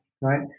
Right